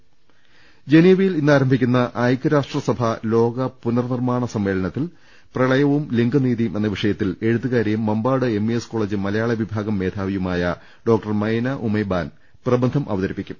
് ജനീവയിൽ ഇന്നാരംഭിക്കുന്ന ഐക്യരാഷ്ട്രസഭാ ലോക പുനർനിർമ്മാണ സമ്മേളനത്തിൽ വിഷയത്തിൽ എഴുത്തുകാരിയും Mampad M E S college മലയാള വിഭാഗം മേധാവിയുമായ ഡോ മൈന ഉമൈബാൻ പ്രബന്ധ മവതരിപ്പിക്കും